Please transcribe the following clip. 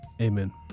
Amen